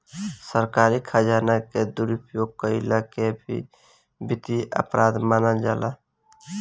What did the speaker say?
सरकारी खजाना के दुरुपयोग कईला के भी वित्तीय अपराध मानल जाला